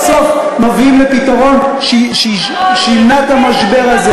ועכשיו סוף-סוף מביאים לפתרון שימנע את המשבר הזה.